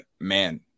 man